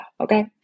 okay